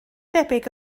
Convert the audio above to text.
debyg